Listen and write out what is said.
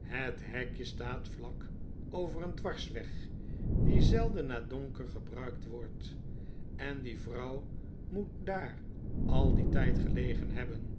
het hekje staat vlak over een dwarsweg die zelden na donker gebruikt wordt en die vrouw moet daar al dien tijd gelegen hebben